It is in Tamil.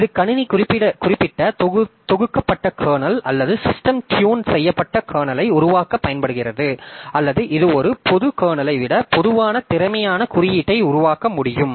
இது கணினி குறிப்பிட்ட தொகுக்கப்பட்ட கர்னல் அல்லது சிஸ்டம் ட்யூன் செய்யப்பட்ட கர்னலை உருவாக்க பயன்படுகிறது அல்லது இது ஒரு பொது கர்னலை விட பொதுவான திறமையான குறியீட்டை உருவாக்க முடியும்